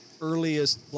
earliest